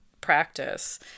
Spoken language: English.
practice